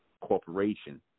corporation